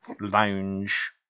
lounge